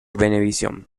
venevisión